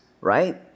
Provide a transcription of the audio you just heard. right